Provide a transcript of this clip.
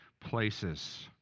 places